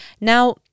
Now